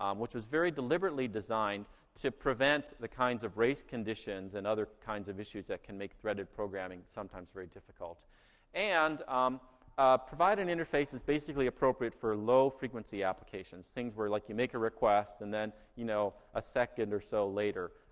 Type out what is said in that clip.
um which was very deliberately designed to prevent the kinds of race conditions and other kinds of issues that can make threaded programming sometimes very difficult and um provide an interface that's basically appropriate for low frequency applications. things where like you make a request and then, you know, a second or so later,